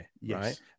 Yes